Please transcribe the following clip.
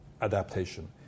adaptation